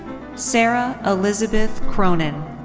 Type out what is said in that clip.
sara elizabeth cronin.